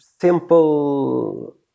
simple